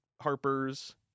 Harper's